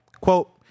Quote